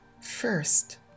first